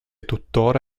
tuttora